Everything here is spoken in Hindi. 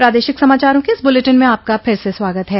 प्रादेशिक समाचारों के इस बुलेटिन में आपका फिर से स्वागत है